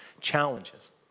challenges